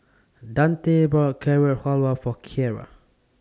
Dante bought Carrot Halwa For Kiara